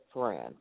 friend